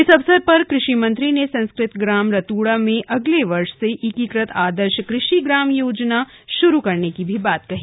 इस अवसर पर कृषि मंत्री ने संस्कृत ग्राम रतूडा में अगले वर्ष से एकीकृत आदर्श कृषि ग्राम योजना शुरू करने की बात भी कही